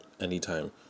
anytime